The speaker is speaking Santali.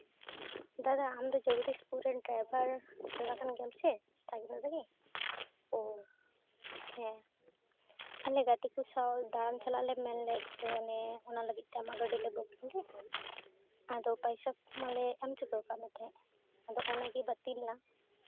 ᱫᱟᱫᱟ ᱟᱢᱫᱚ ᱡᱚᱜᱚᱫᱤᱥᱯᱩᱨ ᱨᱮᱱ ᱰᱨᱟᱭᱵᱷᱟᱨ ᱫᱟᱫᱟ ᱠᱟᱱ ᱜᱮᱭᱟᱢ ᱥᱮ ᱥᱟᱜᱮᱱ ᱫᱟᱫᱟ ᱜᱮ ᱳ ᱦᱮᱸ ᱟᱞᱮ ᱜᱟᱛᱮ ᱠᱚ ᱥᱟᱶ ᱫᱟᱬᱟᱱ ᱪᱟᱞᱟᱜ ᱞᱮ ᱢᱮᱱ ᱞᱮᱫ ᱡᱮ ᱚᱱᱮ ᱚᱱᱟ ᱞᱟᱹᱜᱤᱫ ᱛᱮ ᱟᱢᱟᱜ ᱜᱟᱹᱰᱤ ᱞᱮ ᱵᱩᱠᱤᱝ ᱞᱮᱫ ᱟᱫᱚ ᱯᱟᱭᱥᱟ ᱠᱚ ᱢᱟᱞᱮ ᱮᱢ ᱪᱩᱠᱟᱹᱣ ᱢᱮ ᱛᱟᱦᱮᱸᱡ ᱟᱫᱚ ᱚᱱᱟᱜᱮ ᱵᱟᱹᱛᱤᱞᱱᱟ